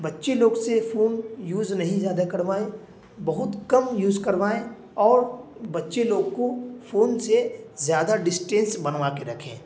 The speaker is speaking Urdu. بچے لوگ سے فون یوز نہیں زیادہ کروائیں بہت کم یوز کروائیں اور بچے لوگ کو فون سے زیادہ ڈسٹینس بنوا کے رکھیں